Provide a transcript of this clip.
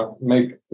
Make